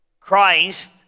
Christ